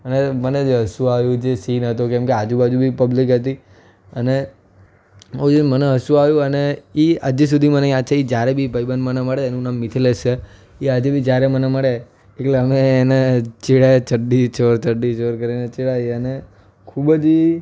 અને મને જે હસવું આવ્યું જે સીન હતો કેમકે આજુબાજુ બી પબ્લિક હતી અને કોઈએ મને હસવું આવ્યું અને એ આજ દી સુધી મને યાદ છે એ જ્યારે બી ભાઈબંધ મને મળે એનું નામ મિથિલેશ છે એ આજે બી જ્યારે મને મળે એટલે અમે એને ચીડાવીએ ચડ્ડી ચોર ચડ્ડી ચોર કરીને ચીડાવીએ અને ખૂબ જ એ